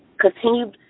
Continue